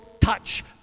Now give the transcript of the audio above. touch